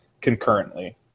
concurrently